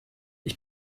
ich